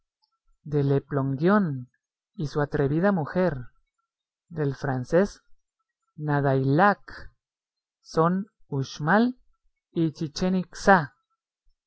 de le plongeon y su atrevida mujer del francés nadaillac son uxmal y chichén itzá